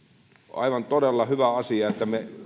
aivan todella hyvä asia että